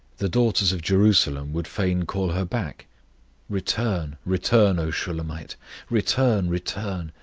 the daughters of jerusalem would fain call her back return, return, o shulammite return, return,